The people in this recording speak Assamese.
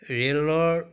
ৰেলৰ